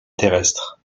terrestre